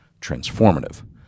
transformative